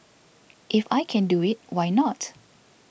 if I can do it why not